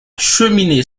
cheminée